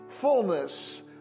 fullness